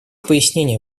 пояснения